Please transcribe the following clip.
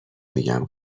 میگم